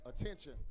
attention